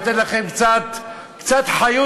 לתת לכם קצת חיות,